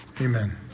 amen